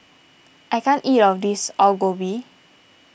I can't eat all of this Alu Gobi